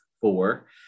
four